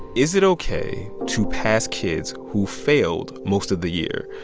is it ok to pass kids who failed most of the year,